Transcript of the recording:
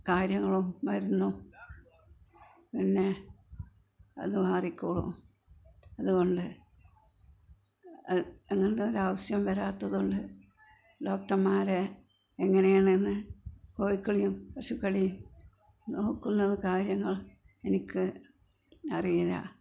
കാര്യങ്ങളോ മരുന്നോ പിന്നെ അത് മാറിക്കോളും അത്കൊണ്ട് അങ്ങനെത്തെ ഒരു ആവശ്യം വരാത്തത്കൊണ്ട് ഡോക്റ്റമ്മാരെ എങ്ങനെയാണെന്ന് കോഴിക്കളെയും പശുക്കളെയും നോക്കുന്ന കാര്യങ്ങൾ എനിക്ക് അറിയില്ല